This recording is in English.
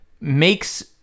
makes